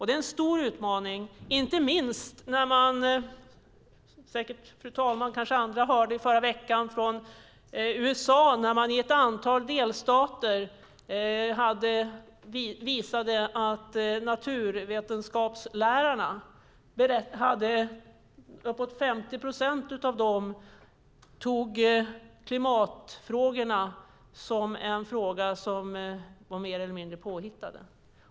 Det är en stor utmaning, inte minst med tanke på det fru talmannen och kanske andra hörde i förra veckan från USA, där det i ett antal delstater visade sig att uppåt 50 procent av naturvetenskapslärarna tog klimatfrågorna som frågor som var mer eller mindre påhittade.